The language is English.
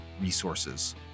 resources